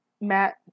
Matt